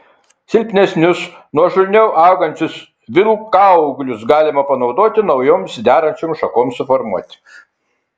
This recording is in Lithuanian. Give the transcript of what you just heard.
silpnesnius nuožulniau augančius vilkaūglius galima panaudoti naujoms derančioms šakoms suformuoti